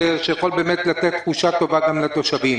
שיכול באמת לתת תחושה טובה גם לתושבים.